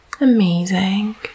amazing